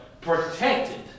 protected